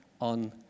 on